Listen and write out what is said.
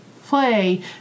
play